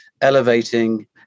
elevating